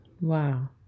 Wow